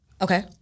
Okay